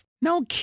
No